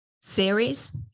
series